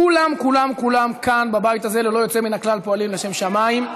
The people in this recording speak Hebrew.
כולם כולם כולם ללא יוצא מן הכלל בבית הזה פועלים לשם שמיים,